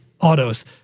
autos